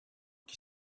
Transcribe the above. qui